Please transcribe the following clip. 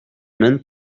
main